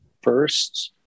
first